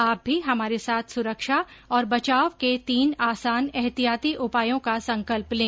आप भी हमारे साथ सुरक्षा और बचाव के तीन आसान एहतियाती उपायों का संकल्प लें